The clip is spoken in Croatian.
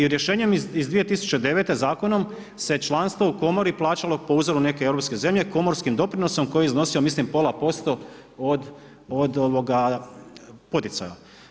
I rješenjem iz 2009. zakonom se članstvo u komori plaćalo po uzoru neke europske zemlje komorskim doprinosom koji je iznosio mislim pola posto od poticaja.